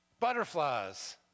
Butterflies